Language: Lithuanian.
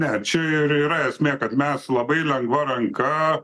ne čia ir yra esmė kad mes labai lengva ranka